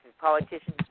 politicians